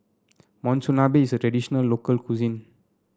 Monsunabe is a traditional local cuisine